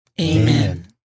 Amen